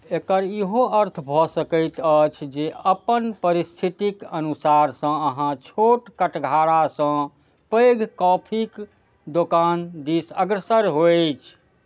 एकर ईहो अर्थ भऽ सकैत अछि जे अपन परिस्थितक अनुसार सँ अहाँ छोट कटघारासँ पैघ कॉफीक दोकान दिस अग्रसर होइछ